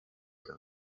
the